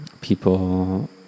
people